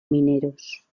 mineros